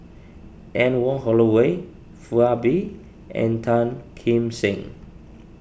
Anne Wong Holloway Foo Ah Bee and Tan Kim Seng